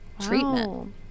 treatment